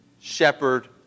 shepherd